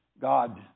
God